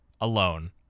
alone